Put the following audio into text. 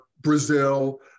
Brazil